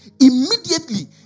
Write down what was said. Immediately